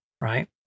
right